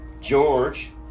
George